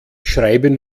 schreiben